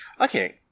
Okay